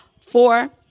Four